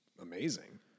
amazing